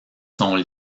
sont